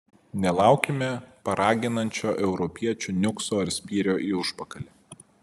nelaukime paraginančio europiečių niukso ar spyrio į užpakalį